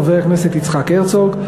חבר הכנסת יצחק הרצוג,